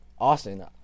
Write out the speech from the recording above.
Austin